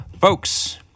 Folks